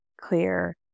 clear